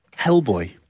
Hellboy